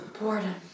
Boredom